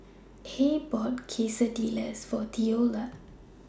Hays bought Quesadillas For Theola